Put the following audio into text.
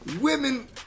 women